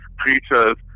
creatures